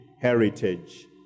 heritage